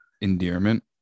endearment